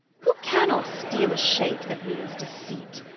who cannot steale a shape, that meanes deceit?